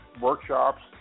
workshops